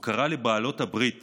הוא קרא לבעלות הברית